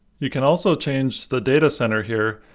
you can also change the data center here.